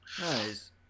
Nice